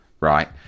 right